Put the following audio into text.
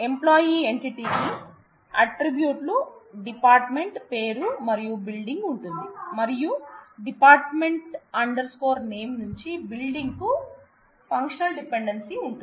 employee entity కి attributes department పేరు మరియు బిల్డింగ్ ఉంటుంది మరియు department name నుంచి బిల్డింగ్ కు ఫంక్షనల్ డిపెండెన్సీ ఉంటుంది